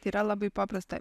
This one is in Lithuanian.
tai yra labai paprasta